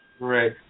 Right